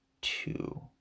two